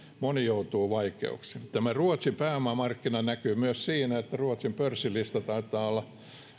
moni joutuu vaikeuksiin tämä ruotsin pääomamarkkina näkyy myös siinä että ruotsin pörssilistalla taitaa olla